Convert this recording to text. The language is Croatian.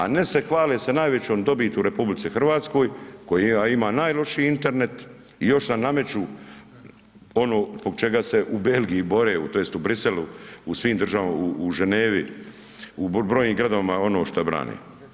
A ne se hvale sa najvećom dobiti u RH, koji ima najlošiji internet i još nam nameću ono zbog čega se u Belgiji bore, tj. u Bruxellesu, u svim državama, u Ženevi, u brojim gradovima ono što brane.